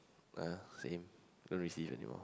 uh same don't receive anymore